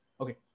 Okay